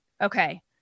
Okay